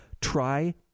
try